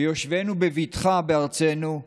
ביושבנו בבטחה בארצנו,